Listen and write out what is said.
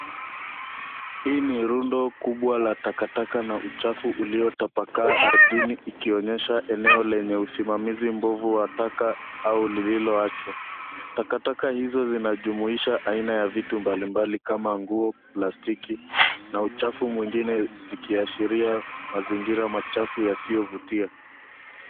Hii ni rundo kubwa la takataka na uchafu uliotapakaa ardhini, likionyesha eneo lenye usimamizi mbovu wa taka au lililoachwa. Takataka hizo zinajumuisha aina ya vitu mbalimbali kama nguo, plastiki, na uchafu mwingine, zikiashiria mazingira machafu yasiyo vutia.